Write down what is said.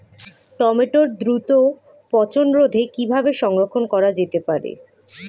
টমেটোর দ্রুত পচনরোধে কিভাবে সংরক্ষণ করা যেতে পারে?